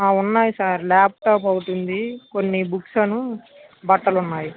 ఉన్నాయి sir laptop ఒకటుంది కొన్ని బుక్స్ అను బట్టలున్నాయి